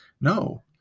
No